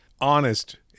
honest